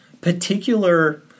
particular